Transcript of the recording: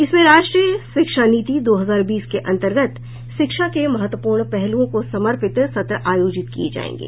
इसमें राष्ट्रीय शिक्षा नीति दो हजार बीस के अंतर्गत शिक्षा के महत्वपूर्ण पहलुओं को समर्पित सत्र आयोजित किये जाएंगे